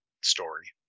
story